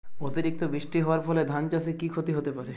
অতিরিক্ত বৃষ্টি হওয়ার ফলে ধান চাষে কি ক্ষতি হতে পারে?